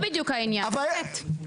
זה בדיוק העניין, אמת.